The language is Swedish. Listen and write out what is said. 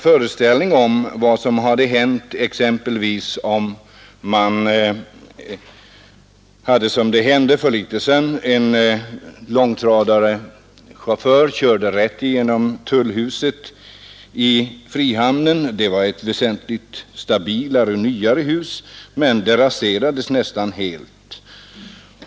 För inte så länge sedan körde en långtradarchaufför rätt igenom tullhuset i frihamnen. Det var ett väsentligt nyare och stabilare hus, men det raserades nästan helt.